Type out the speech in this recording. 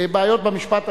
בעיות במשפט הבין-לאומי,